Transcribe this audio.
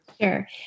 Sure